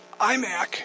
iMac